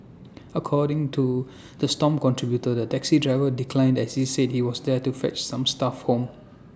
according to the stomp contributor the taxi driver declined as he said he was there to fetch some staff home